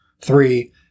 three